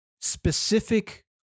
specific